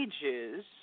pages